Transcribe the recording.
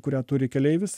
kurią turi keleivis